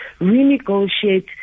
renegotiate